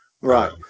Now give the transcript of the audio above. Right